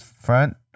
front